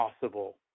possible